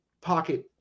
pocket